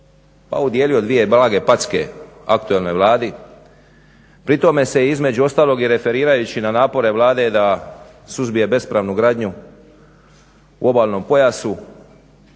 pa udijelio dvije blage packe aktualnoj Vladi pri tome se između ostalog i referirajući na napore Vlade da suzbije bespravnu gradnju u obalnom pojasu